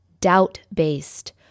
doubt-based